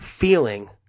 feeling